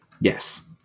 Yes